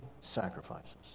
sacrifices